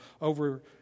over